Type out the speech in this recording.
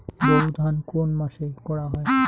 বোরো ধান কোন মাসে করা হয়?